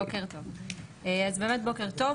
שלום לכולם,